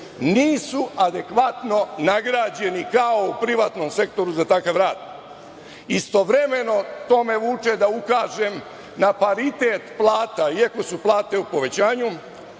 nisu adekvatno nagrađeni kao u privatnom sektoru za takav rad. Istovremeno, to me vuče da ukažem na paritet plata, iako su plate u povećanju,